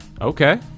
Okay